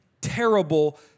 terrible